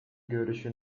görüşü